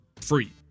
free